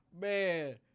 Man